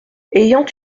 ayant